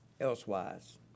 elsewise